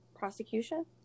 Prosecution